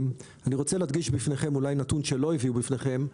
אני רוצה להדגיש בפניכם אולי נתון שלא הביאו בפניכם,